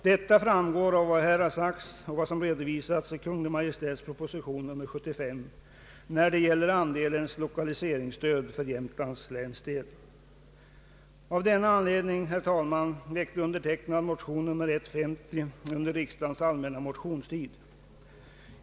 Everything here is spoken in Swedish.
Detta framgår av vad här har sagts och av vad som redovisas i Kungl. Maj:ts proposition nr 75 när det gäller andelens lokaliseringsstöd för Jämtlands län. Av denna anledning, herr talman, väckte jag motion 1:50 under riksdagens allmänna motionstid.